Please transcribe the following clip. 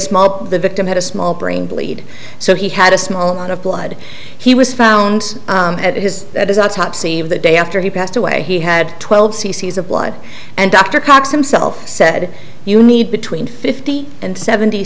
small up the victim had a small brain bleed so he had a small amount of blood he was found at his that is the top save the day after he passed away he had twelve c c s of blood and dr cox himself said you need between fifty and seventy